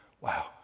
Wow